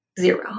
zero